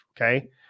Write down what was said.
Okay